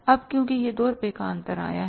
अब क्यों यह 2 रुपए का अंतर आया है